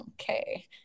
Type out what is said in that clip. okay